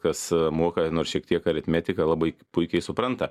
kas moka nors šiek tiek aritmetiką labai puikiai supranta